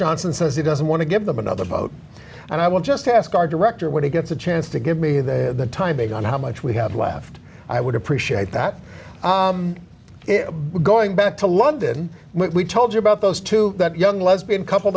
johnson says he doesn't want to give them another vote and i will just ask our director when he gets a chance to give me the time based on how much we have left i would appreciate that going back to london we told you about those two that young lesbian couple